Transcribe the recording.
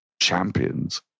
champions